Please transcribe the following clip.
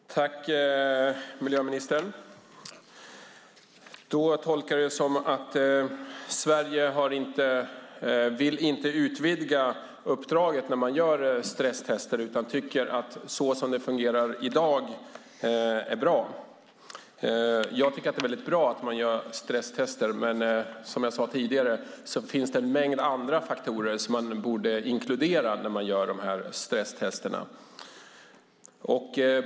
Fru talman! Tack, miljöministern! Jag tolkar det som att Sverige inte vill utvidga uppdraget när man gör stresstester utan tycker att det är bra så som det fungerar i dag. Jag tycker att det är bra att man gör stresstester. Men som jag sade tidigare finns det en mängd andra faktorer som man borde inkludera när man gör de stresstesterna.